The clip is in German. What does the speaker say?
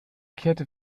kehrte